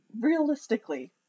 Realistically